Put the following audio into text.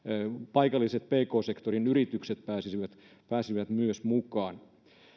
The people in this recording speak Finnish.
paikalliset pk sektorin yritykset pääsisivät pääsisivät mukaan